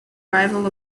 rival